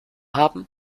haben